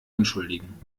entschuldigen